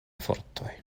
fortoj